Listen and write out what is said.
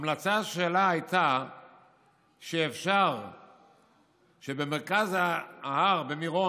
ההמלצה שלה הייתה שאפשר שבמרכז ההר במירון